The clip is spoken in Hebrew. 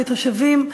כתושבים,